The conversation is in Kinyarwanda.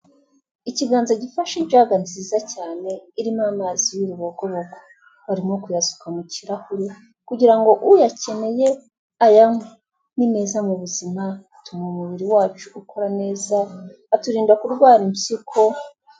Ikiganza gifashe ijaga nziza cyane, irimo amazi y'urubogobogo, barimo kuyasuka mu kirahure kugira ngo uyakeneye ayanywe, ni meza mu buzima, atuma umubiri wacu ukora neza, aturinda kurwara impyiko.